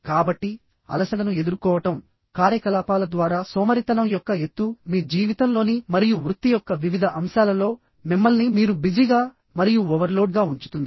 కాబట్టి అలసటను ఎదుర్కోవడంకార్యకలాపాల ద్వారా సోమరితనం యొక్క ఎత్తు మీ జీవితంలోని మరియు వృత్తి యొక్క వివిధ అంశాలలో మిమ్మల్ని మీరు బిజీగా మరియు ఓవర్లోడ్ గా ఉంచుతుంది